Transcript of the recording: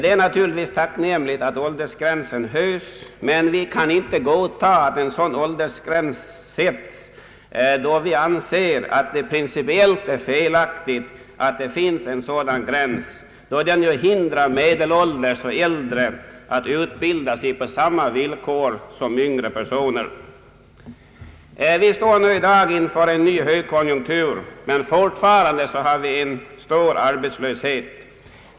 Det är naturligtvis tacknämligt att åldersgränsen höjs, men vi kan inte godta att en åldersgräns sättes, då vi anser att det är principiellt felaktigt att det finns en sådan. Den hindrar nämligen medelålders och äldre personer från att utbilda sig på samma villkor som yngre personer. Vi står i dag inför en ny högkonjunktur, men vi har fortfarande stor arbetslöshet.